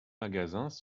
magasins